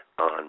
on